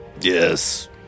Yes